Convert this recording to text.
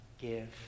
give